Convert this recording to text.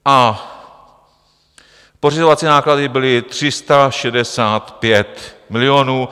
A pořizovací náklady byly 365 milionů.